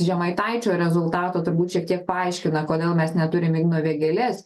žemaitaičio rezultatų turbūt šiek tiek paaiškina kodėl mes neturim igno vėgėlės